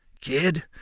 Kid